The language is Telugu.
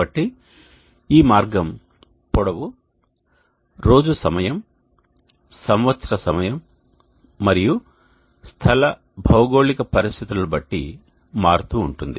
కాబట్టి ఈ మార్గం పొడవు రోజు సమయం సంవత్సరం సమయం మరియు స్థల భౌగోళిక పరిస్థితులను బట్టి మారుతూ ఉంటుంది